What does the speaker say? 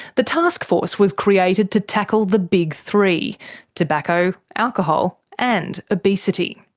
the taskforce was created to tackle the big three tobacco, alcohol, and obesity.